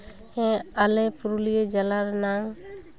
ᱦᱮᱸ ᱟᱞᱮ ᱯᱩᱨᱩᱞᱤᱭᱟᱹ ᱡᱮᱞᱟ ᱨᱮᱱᱟᱝ